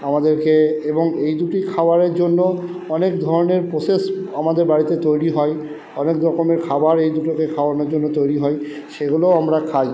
আমাদেরকে এবং এই দুটি খাবারের জন্য অনেক ধরণের প্রোসেস আমাদের বাড়িতে তৈরি হয় অনেক রকমের খাবার এই দুটোকে খাওয়ানোর জন্য তৈরি হয় সেগুলোও আমরা খাই